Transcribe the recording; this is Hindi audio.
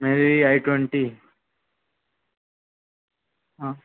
मेरी आई ट्वंटी हाँ